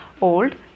old